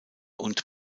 und